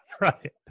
Right